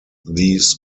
these